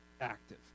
active